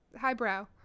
highbrow